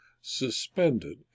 suspended